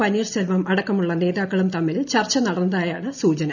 പനീർശെൽവം അടക്കമുള്ള നേതാക്കളും തമ്മിൽ ചർച്ച നടന്നതായാണ് സൂചന